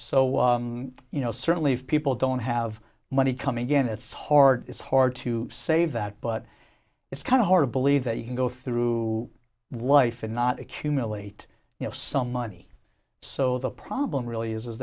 so you know certainly if people don't have money coming again it's hard it's hard to say that but it's kind of hard believe that you can go through life and not accumulate you know some money so the problem really is is